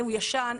הוא ישן?